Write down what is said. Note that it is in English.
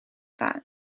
that